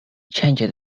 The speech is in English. changed